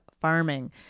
farming